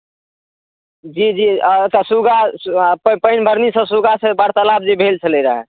जी जी आ ओतय सुग्गा सु आ पानि भरनीसभ सुग्गासँ वार्तालाप जे भेल छलै रहए